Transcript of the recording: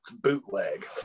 bootleg